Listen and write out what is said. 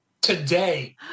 today